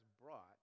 brought